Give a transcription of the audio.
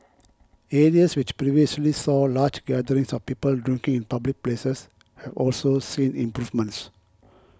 areas which previously saw large gatherings of people drinking in public places have also seen improvements